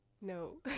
No